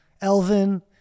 elvin